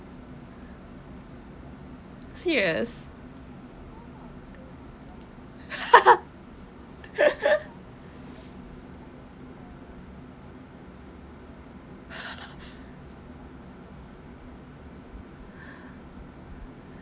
serious